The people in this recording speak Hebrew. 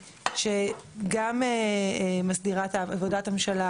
שגם מסדירה את עבודת הממשלה,